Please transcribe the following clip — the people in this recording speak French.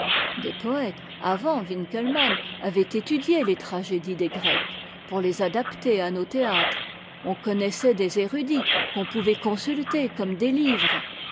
des poëtes avant winckelmann avaient étudié tes tragédies des grecs pour les adapter à nos théâtres on connaissait des érudits qu'on pouvait consulter comme des livres